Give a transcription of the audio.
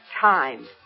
time